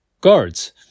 Guards